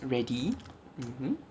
ready mmhmm